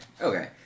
okay